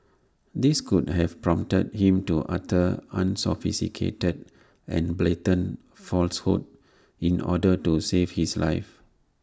this could have prompted him to utter unsophisticated and blatant falsehoods in order to save his life